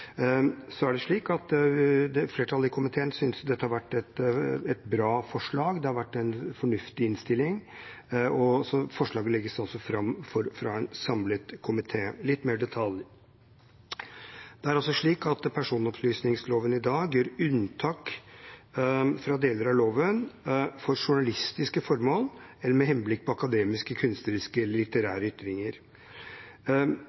Flertallet i komiteen synes dette har vært et bra forslag, det har vært en fornuftig innstilling, og forslag til vedtak legges fram av en samlet komité. Så litt mer i detalj: Personopplysningsloven gjør i dag unntak fra deler av loven for journalistiske formål, eller med henblikk på akademiske, kunstneriske